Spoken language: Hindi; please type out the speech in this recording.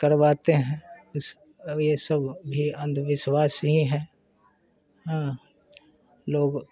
करवाते हैं इस अब ये सब भी अंधविश्वास ही हैं हाँ लोग